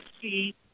see